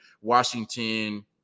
Washington